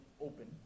open